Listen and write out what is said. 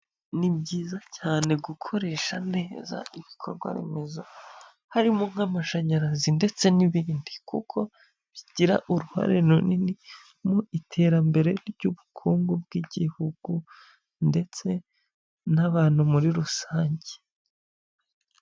Ni byiza cyane gukoresha neza ibikorwaremezo harimo nk'amashanyarazi ndetse n'ibindi kuko bigira uruhare runini mu iterambere ry'ubukungu bw'igihugu ndetse n'abantu muri rusange.